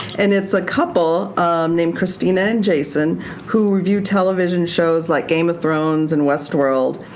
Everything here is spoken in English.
and it's a couple named christina and jason who review television shows like game of thrones and westworld.